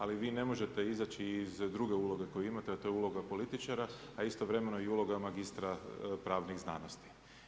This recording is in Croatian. Ali vi ne možete izaći iz druge uloge koju imate, a to je uloga političara, a istovremeno i uloga magistra pravnih znanosti.